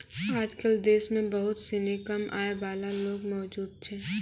आजकल देश म बहुत सिनी कम आय वाला लोग मौजूद छै